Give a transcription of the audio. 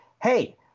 hey